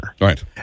Right